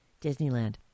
Disneyland